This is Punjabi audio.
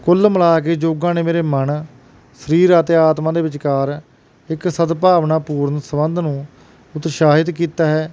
ਕੁੱਲ ਮਿਲਾ ਕੇ ਯੋਗਾ ਨੇ ਮੇਰੇ ਮਨ ਸਰੀਰ ਅਤੇ ਆਤਮਾ ਦੇ ਵਿਚਕਾਰ ਇੱਕ ਸਦਭਾਵਨਾ ਪੂਰਨ ਸੰਬੰਧ ਨੂੰ ਉਤਸ਼ਾਹਿਤ ਕੀਤਾ ਹੈ